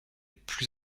plus